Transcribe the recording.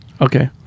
Okay